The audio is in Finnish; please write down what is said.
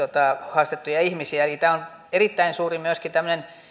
haastettuja ihmisiä tämä on myöskin erittäin suuri